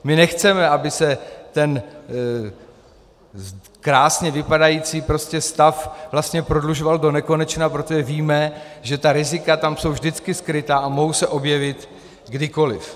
My nechceme, aby se ten krásně vypadající stav prodlužoval donekonečna, protože víme, že ta rizika tam jsou vždycky skryta a mohou se objevit kdykoliv.